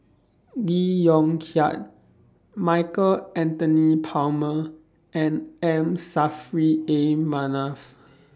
Lee Yong Kiat Michael Anthony Palmer and M Saffri A Manaf